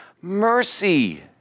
mercy